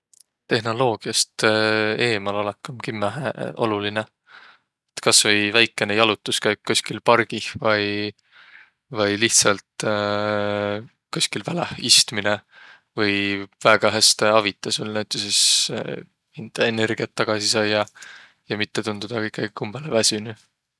Tehnoloogiast eemalolõk om kimmähe olulinõ. Et kas vai väikene jalutuskäük koskil pargih vai vai lihtsält koskil väläh istminõ või väega häste avitaq sul näütüses hindä energiät tagasi saiaq ja mitte tundudaq kõikaig umbõlõ väsünüq.